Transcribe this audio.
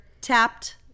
tapped